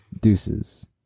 deuces